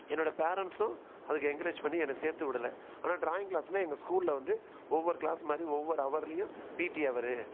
என்னோடய பேரன்ட்ஸும் அதுக்கு என்க்ரேஜ் பண்ணி என்ன சேர்த்து விடல ஆனால் ட்ராயிங் க்ளாஸ்னால் எங்கள் ஸ்கூலில் வந்து ஒவ்வொரு க்ளாஸ் மாதிரி ஒவ்வொரு ஹவர்லேயும் பிடி ஹவரு